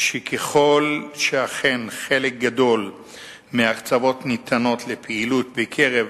שככל שאכן חלק גדול מההקצבות ניתן לפעילות בקרב